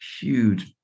huge